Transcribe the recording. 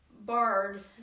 barred